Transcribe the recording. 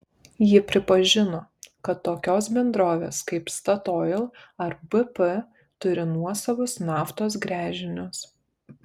ji pripažino kad tokios bendrovės kaip statoil ar bp turi nuosavus naftos gręžinius